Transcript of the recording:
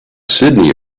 sydney